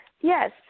Yes